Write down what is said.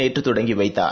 நேற்றுதொடங்கிவைத்தார்